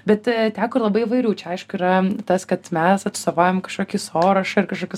bet teko ir labai įvairių čia aišku yra tas kad mes atstovaujam kažkokį sorašą ir kažkokius